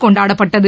கொண்டாப்பட்டது